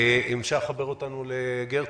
האם אפשר לחבר אותנו ל"גרטנר"?